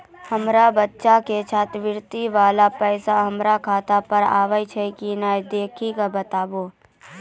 हमार बच्चा के छात्रवृत्ति वाला पैसा हमर खाता पर आयल छै कि नैय देख के बताबू?